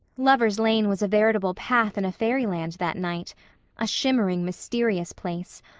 lovers' lane was a veritable path in a fairyland that night a shimmering, mysterious place,